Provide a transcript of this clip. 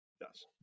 Yes